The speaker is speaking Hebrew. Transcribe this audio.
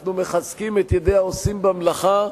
אנחנו מחזקים את ידי העושים במלאכה.